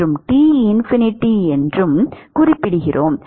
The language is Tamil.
மற்றும் T∞ என்றும் சொல்லலாம்